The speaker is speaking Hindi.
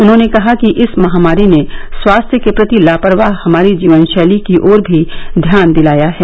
उन्होंने कहा कि इस महामारी ने स्वास्थ्य के प्रति लापरवाह हमारी जीवन शैली की ओर भी ध्यान दिलाया है